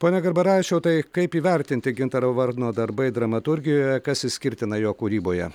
pone garbaravičiau tai kaip įvertinti gintaro varno darbai dramaturgijoje kas išskirtina jo kūryboje